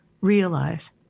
realize